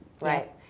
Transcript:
Right